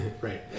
Right